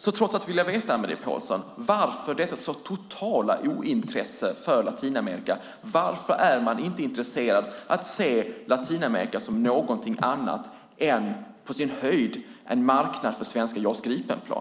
Trots allt vill jag veta, Anne-Marie Pålsson: Varför detta totala ointresse för Latinamerika? Varför är man inte intresserad av att se Latinamerika som någonting annat än på sin höjd en marknad för svenska JAS Gripen-plan?